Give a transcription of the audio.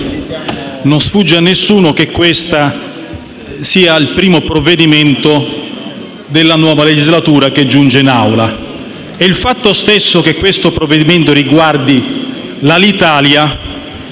non sfugge a nessuno che questo sia il primo provvedimento della nuova legislatura che giunge in Aula. Non vorremmo che che il provvedimento riguardante l'Alitalia